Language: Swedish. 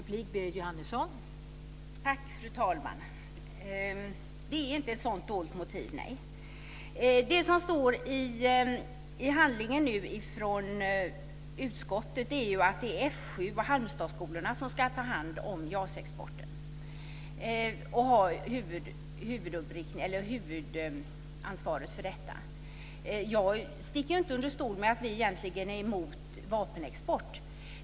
Fru talman! Nej, det finns inte ett sådant dolt motiv. Det som står i handlingen från utskottet är att F 7 och Halmstadsskolorna ska ta hand om JAS-exporten och ha huvudansvaret för detta. Jag sticker inte under stol med att vi egentligen är emot vapenexport.